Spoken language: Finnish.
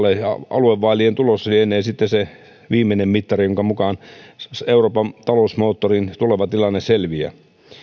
aluevaalien tulos lienee se viimeinen mittari jonka mukaan euroopan talousmoottorin tuleva tilanne selviää